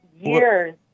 years